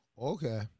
Okay